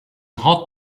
hot